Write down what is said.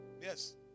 Yes